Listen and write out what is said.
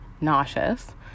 nauseous